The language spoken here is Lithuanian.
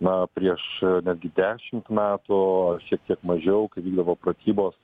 na prieš netgi dešimt metų ar šiek tiek mažiau kai vykdavo pratybos